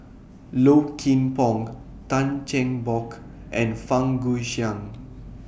Low Kim Pong Tan Cheng Bock and Fang Guixiang